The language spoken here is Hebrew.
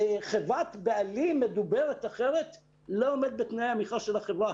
חברת בעלים מדוברת אחרת לא עומדת היום בתנאי המכרז של החברה.